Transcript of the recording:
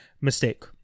Mistake